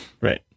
right